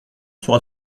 sera